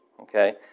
okay